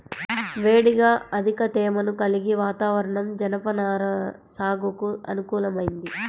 వేడిగా అధిక తేమను కలిగిన వాతావరణం జనపనార సాగుకు అనుకూలమైంది